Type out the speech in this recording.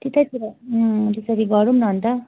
त्यतैतिर त्यसरी गरौँ न अन्त